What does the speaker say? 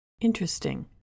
Interesting